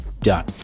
done